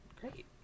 Great